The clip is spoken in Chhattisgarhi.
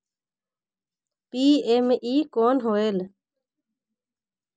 पी.एम.ई कौन होयल?